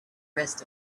rest